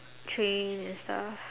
train and stuff